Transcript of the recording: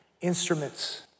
instruments